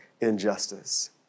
injustice